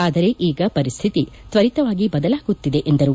ಆದರೆ ಈಗ ಪರಿಸ್ಹಿತಿ ತ್ವರಿತವಾಗಿ ಬದಲಾಗುತ್ತಿದೆ ಎಂದರು